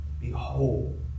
Behold